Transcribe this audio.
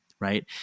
right